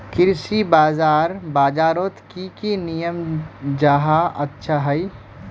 कृषि बाजार बजारोत की की नियम जाहा अच्छा हाई?